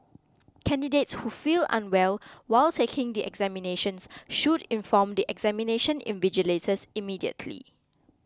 candidates who feel unwell while taking the examinations should inform the examination invigilators immediately